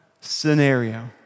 scenario